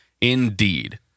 Indeed